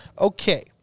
Okay